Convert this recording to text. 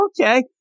okay